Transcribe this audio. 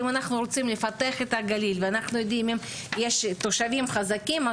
אם אנחנו רוצים לפתח את הגליל ואנחנו יודעים שיהיו תושבים חזקים,